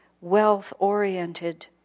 wealth-oriented